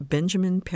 Benjamin